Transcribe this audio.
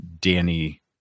danny